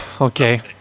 Okay